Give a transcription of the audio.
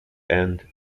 end